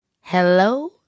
Hello